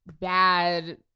bad